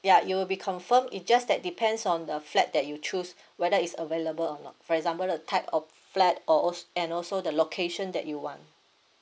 ya it will be confirm it just that depends on the flat that you choose whether is available or not for example the type of flat or a~ and also the location that you want